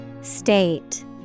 State